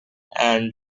and